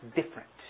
different